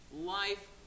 life